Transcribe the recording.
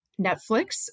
Netflix